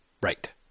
Right